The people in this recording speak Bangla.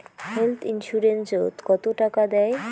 হেল্থ ইন্সুরেন্স ওত কত টাকা দেয়?